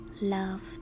loved